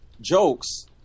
jokes